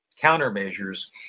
countermeasures